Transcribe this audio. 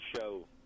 show